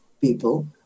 people